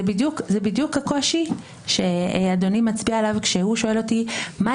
תוכלו למשול כפי שאתם רוצים - בלי בלמים,